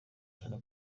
cyane